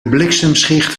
bliksemschicht